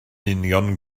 union